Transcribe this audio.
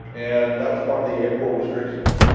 and that was part of the april restrictions.